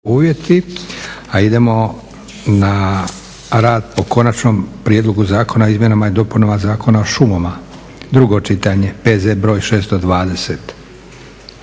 (SDP)** A idemo na rad po: - Konačni prijedlog Zakona o izmjenama i dopunama Zakona o šumama, drugo čitanje, P.Z. br. 620